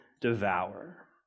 devour